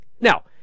Now